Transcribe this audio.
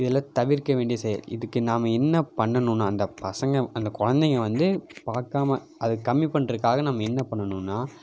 இதெல்லாம் தவிர்க்க வேண்டிய செயல் இதுக்கு நாம் என்ன பண்ணணுன்னால் அந்த பசங்கள் அந்த குழந்தைங்க வந்து பார்க்காம அதை கம்மி பண்ணுறக்காக நம்ம என்ன பண்ணணுன்னால்